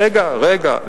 רגע, רגע.